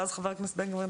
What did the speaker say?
ואז חבר הכנסת בן גביר.